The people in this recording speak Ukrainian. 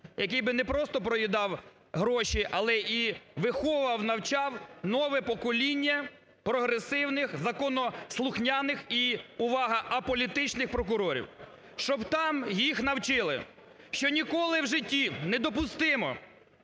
який би не просто проїдав гроші, але і виховував, навчав нове покоління прогресивних, законослухняних і, увага, аполітичних прокурорів, щоб там їх навчили, що ніколи в житті недопустимо,